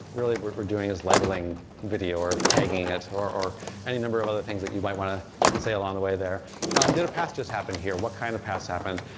really we're doing is labeling video, or taking it, or or any number of other things that you might want to say along the way there did a pass just happen here? what kind of pass happened?